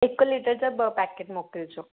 हिकु लीटर जा ॿ पैकेट मोकिलिजो